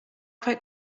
quite